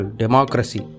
democracy